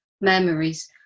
memories